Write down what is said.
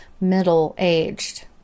middle-aged